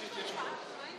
יש התיישנות.